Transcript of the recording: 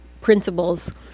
principles